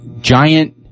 giant